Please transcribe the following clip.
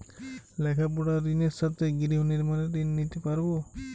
লেখাপড়ার ঋণের সাথে গৃহ নির্মাণের ঋণ নিতে পারব?